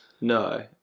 No